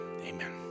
Amen